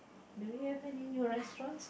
do we have any new restaurants